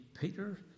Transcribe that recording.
Peter